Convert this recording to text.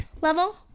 level